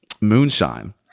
moonshine